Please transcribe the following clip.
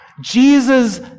Jesus